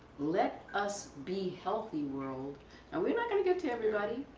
let us be healthy world and we are not gonna get to everybody,